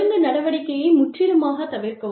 ஒழுங்கு நடவடிக்கையை முற்றிலுமாக தவிர்க்கவும்